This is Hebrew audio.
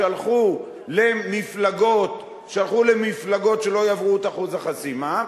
שהלכו למפלגות שלא יעברו את אחוז החסימה,